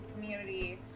community